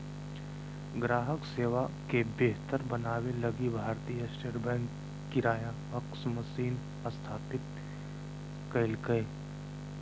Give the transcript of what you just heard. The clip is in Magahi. ग्राहक सेवा के बेहतर बनाबे लगी Bharatiya State Bank kiosk machine स्थापित कइल्कैय